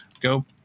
go